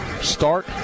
start